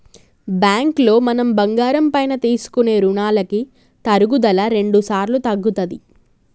బ్యాంకులో మనం బంగారం పైన తీసుకునే రుణాలకి తరుగుదల రెండుసార్లు తగ్గుతది